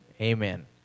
amen